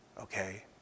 okay